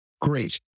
Great